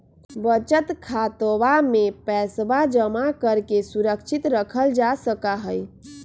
बचत खातवा में पैसवा जमा करके सुरक्षित रखल जा सका हई